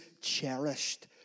cherished